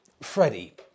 Freddie